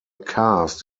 cast